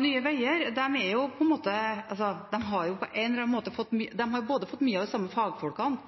Nye Veier har mange av de samme fagfolkene, men det de har fått, er en annen forutsigbarhet for rammene enn det Statens vegvesen har. De har fått en konkurransefordel av politiske myndigheter i de